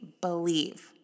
believe